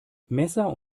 messer